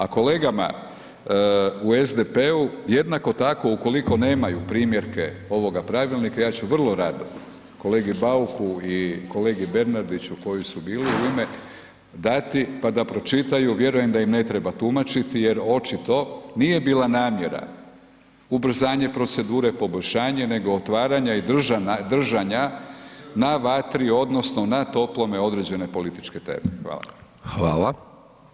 A kolegama u SDP-u jednako tako ukoliko nemaju primjerke ovoga pravilnika ja ću vrlo rado kolegi Bauku i kolegi Bernardiću koji su bili u ime, dati pa da pročitaju, vjerujem da im ne treba tumačiti jer očito nije bila namjera ubrzanje procedure, poboljšanje nego otvaranja i držanja na vatri odnosno na toplome određene političke teme.